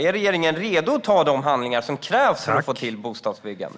Är regeringen redo för de handlingar som krävs för att få till stånd bostadsbyggande?